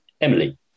Emily